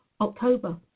October